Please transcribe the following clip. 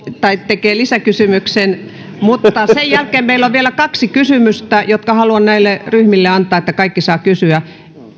tai tekee lisäkysymyksen sen jälkeen meillä on vielä kaksi kysymystä jotka haluan näille ryhmille antaa jotta kaikki saavat kysyä